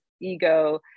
ego